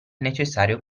necessario